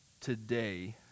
today